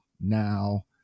now